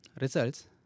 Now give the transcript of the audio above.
results